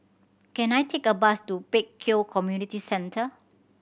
can I take a bus to Pek Kio Community Centre